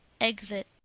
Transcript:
exit